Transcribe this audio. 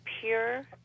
pure